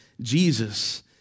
Jesus